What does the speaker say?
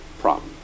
problem